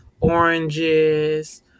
oranges